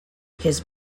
his